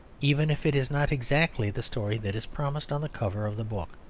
even if it is not exactly the story that is promised on the cover of the book.